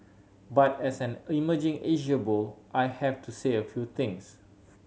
but as an emerging Asia bull I have to say a few things